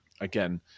again